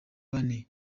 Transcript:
bane